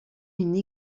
une